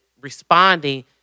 responding